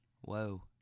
whoa